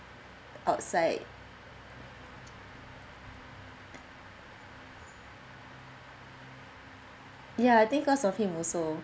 outside ya I think cause of him also